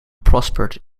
prospered